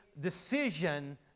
Decision